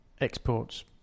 exports